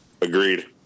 Agreed